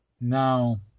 now